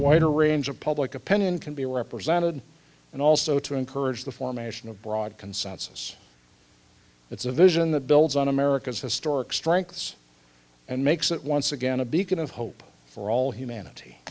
wider range of public opinion can be represented and also to encourage the formation of broad consensus it's a vision that builds on america's historic strengths and makes it once again a beacon of hope for all humanity